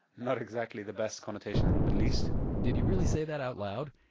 not exactly the best connotation in the middle east did he really say that out loud?